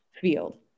field